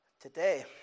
today